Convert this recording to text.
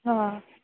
हा